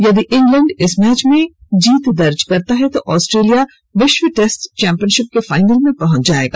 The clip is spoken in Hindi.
यदि इंग्लैंड इस मैच में जीत दर्ज करता है तो ऑस्ट्रेलिया विश्व टेस्ट चैंपियनशिप के फाइनल में पहुंच जाएगा